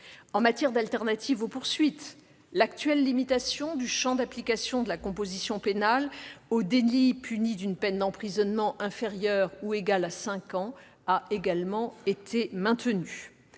En matière d'alternative aux poursuites, l'actuelle limitation du champ d'application de la composition pénale aux délits punis d'une peine d'emprisonnement inférieure ou égale à cinq ans a également été maintenue.